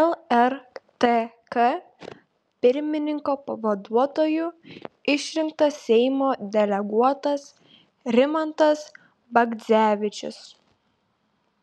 lrtk pirmininko pavaduotoju išrinktas seimo deleguotas rimantas bagdzevičius